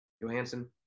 Johansson